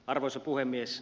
arvoisa puhemies